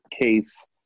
case